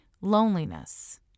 loneliness